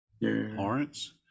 Lawrence